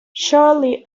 shortly